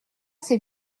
ses